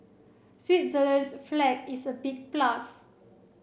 Switzerland's flag is a big plus